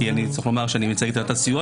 כי אני צריך לומר שאני מייצג את עמדת הסיוע,